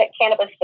cannabis